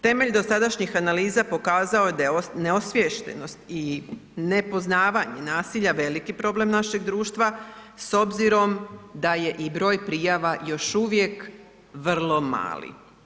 Temelj dosadašnjih analiza pokazao je da je neosviještenost i nepoznavanje nasilja veliki problem našeg društva s obzirom da je i broj prijava još uvijek vrlo mali.